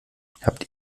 habt